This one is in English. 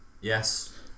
Yes